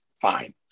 fine